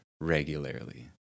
regularly